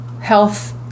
Health